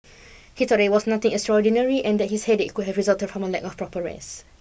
he thought that it was nothing extraordinary and that his headache could have resulted from a lack of proper rest